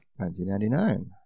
1999